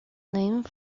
named